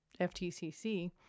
FTCC